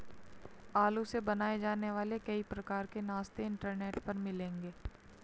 आलू से बनाए जाने वाले कई प्रकार के नाश्ते इंटरनेट पर मिलेंगे